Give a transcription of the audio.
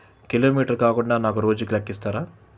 kilometre కాకుండా నాకు రోజుకి లెక్క ఇస్తారా